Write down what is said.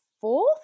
fourth